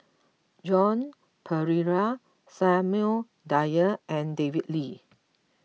Joan Pereira Samuel Dyer and David Lee